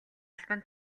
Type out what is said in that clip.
албан